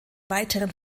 weiteren